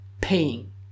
paying